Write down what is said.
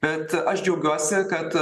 bet aš džiaugiuosi kad